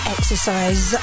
exercise